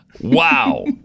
Wow